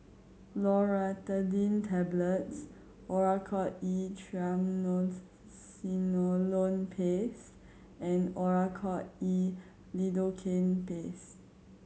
Loratadine Tablets Oracort E Triamcinolone Paste and Oracort E Lidocaine Paste